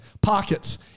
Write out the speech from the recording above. pockets